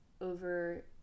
over